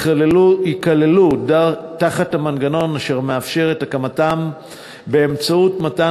ייכללו תחת המנגנון אשר מאפשר את הקמתם באמצעות מתן